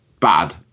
bad